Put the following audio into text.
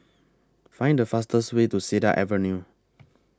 Find The fastest Way to Cedar Avenue